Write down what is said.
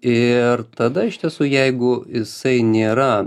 ir tada iš tiesų jeigu jisai nėra